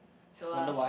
so I'll sh~